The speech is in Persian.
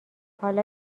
حالا